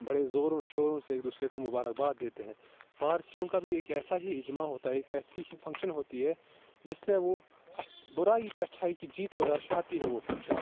بڑے زوروں شوروں سے ایک دوسرے کو مبارک باد دیتے ہیں پارسیوں کا بھی ایک ایسا ہی اجماع ہوتا ہے ایک ایسی ہی فکشن ہوتی ہے جس میں وہ برائی پہ اچھائی کی جیت کو درشاتی ہے وہ فکشن